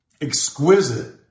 exquisite